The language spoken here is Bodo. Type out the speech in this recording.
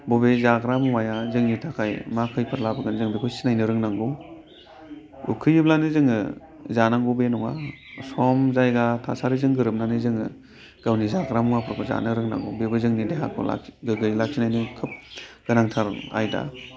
बबे जाग्रा मुवाया जोंनि थाखाय मा खैफोद लाबोगोन जों बेखौ सिनायनो रोंनांगौ उखैयोब्लानो जोङो जानांगौ बे नङा सम जायगा थासारिजों गोरोबनानै जोङो गावनि जाग्रा मुवाफोरखौ जानो रोंनांगौ बेबो जोंनि देहाखौ गोग्गोयै लाखिनायनि खोब गोनांथार आयदा